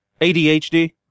ADHD